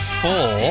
four